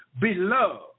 Beloved